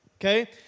Okay